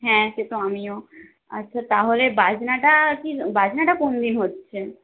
হ্যাঁ সে তো আমিও আচ্ছা তাহলে বাজনাটা আর কি বাজনাটা কোন দিন হচ্ছে